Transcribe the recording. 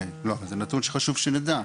זה נתון שחשוב שנדע.